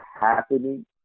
happening